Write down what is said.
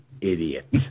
idiot